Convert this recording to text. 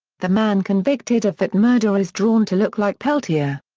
the man convicted of that murder is drawn to look like peltier.